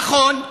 נכון,